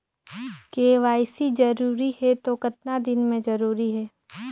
KYC जरूरी हे तो कतना दिन मे जरूरी है?